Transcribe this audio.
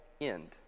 end